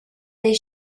des